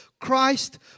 Christ